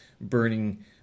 burning